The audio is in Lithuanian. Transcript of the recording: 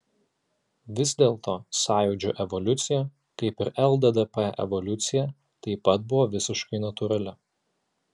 vis dėlto sąjūdžio evoliucija kaip ir lddp evoliucija taip pat buvo visiškai natūrali